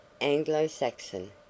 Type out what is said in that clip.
Anglo-Saxon